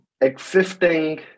existing